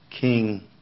King